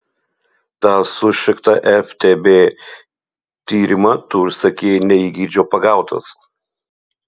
tą sušiktą ftb tyrimą tu užsakei ne įgeidžio pagautas